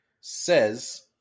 says